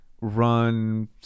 run